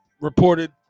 reported